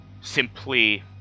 simply